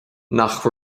nach